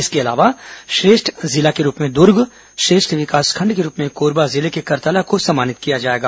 इसके अलावा श्रेष्ठ जिला के रूप में दुर्ग श्रेष्ठ विकासखंड के रूप में कोरबा जिले के करतला को सम्मानित किया जाएगा